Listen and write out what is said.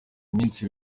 iminsi